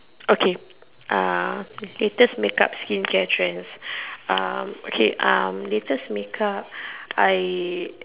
okay uh latest make up skincare trends um okay um latest make up I